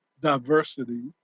diversity